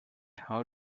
how